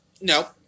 No